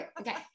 okay